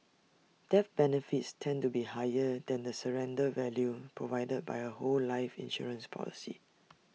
death benefits tend to be higher than the surrender value provided by A whole life insurance policy